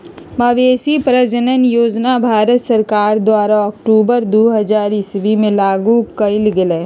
मवेशी प्रजजन योजना भारत सरकार द्वारा अक्टूबर दू हज़ार ईश्वी में लागू कएल गेल